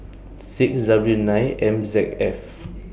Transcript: six W nine M Z F